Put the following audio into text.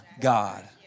God